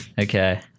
Okay